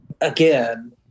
again